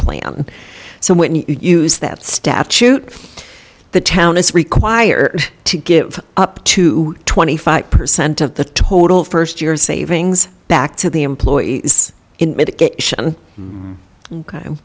plan so when you use that statute the town is required to give up to twenty five percent of the total st year's savings back to the employees in m